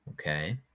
Okay